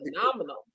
phenomenal